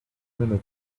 minute